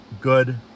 good